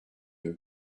deux